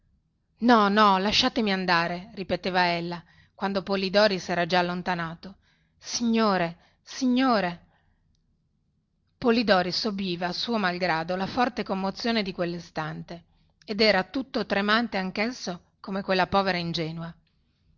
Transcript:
no no lasciatemi andare ripeteva ella quando polidori sera già allontanato signore signore polidori subiva suo malgrado la forte commozione di quellistante ed era tutto tremante anchesso come quella povera ingenua